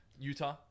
Utah